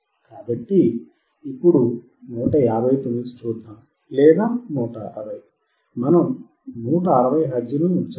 కాబట్టి ఇప్పుడు 159 చూద్దాం లేదా 160 మనం 160 హెర్ట్జ్ ను ఉంచగలము